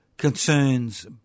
Concerns